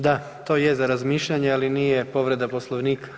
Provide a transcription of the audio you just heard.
Da, to je za razmišljanje, ali nije povreda Poslovnika.